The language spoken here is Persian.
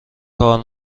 کار